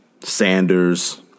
Sanders